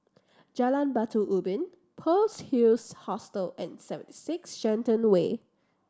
Jalan Batu Ubin Pearl's Hill's Hostel and seven six Shenton Way